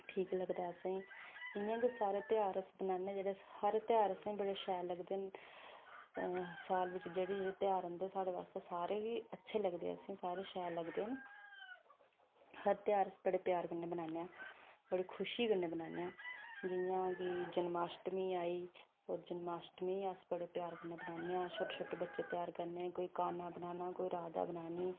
ठीक लगदा ऐ असेंगी अइयां गै एस ध्यार बनाने आं हर ध्यार असेंगी शैल लगदे न साल बिच्च जेह्ड़े जेह्ड़े बी ध्यार औंदे सारे गै अच्चे लगदे असेंगी सारे शैल लगदे न हर ध्यार अस बड़े प्यार कन्नै बनाने आं बड़ी खुशी कन्नै बनाने आं जियां कि जन्माष्टमी आई जन्माष्टमी गी अस बड़े प्यार कन्नै बनाने आं शोटे छोटे बच्चे तेयार करने कोई काह्ना बनाना कोई राधा बनानी